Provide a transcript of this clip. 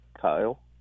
Kyle